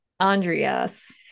Andreas